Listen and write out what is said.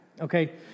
okay